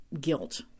guilt